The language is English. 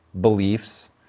beliefs